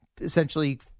essentially –